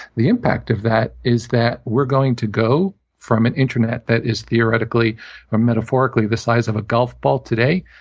the impact of that is that we're going to go from an internet that is theoretically or metaphorically the size of a golf ball today,